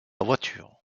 voiture